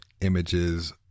images